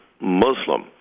Muslim